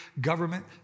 government